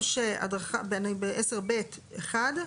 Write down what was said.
הדרכה, 10(ב)(1).